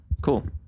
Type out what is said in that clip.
cool